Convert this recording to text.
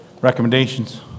Recommendations